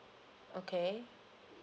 okay